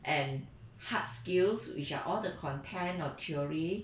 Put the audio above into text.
and hard skills which are all the content or theory